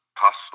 possible